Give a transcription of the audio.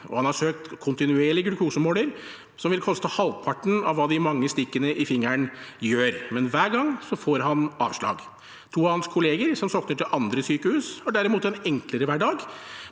Han har søkt om å få kontinuerlig glukosemåler, som ville kostet halvparten av hva de mange stikkene i fingrene gjør, men han får avslag hver gang. To av hans kolleger, som sokner til andre sykehus, har derimot en enklere hverdag